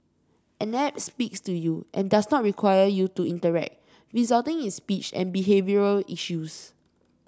an app speaks to you and does not require you to interact resulting in speech and behavioural issues